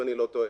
אם אני לא טועה,